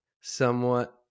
somewhat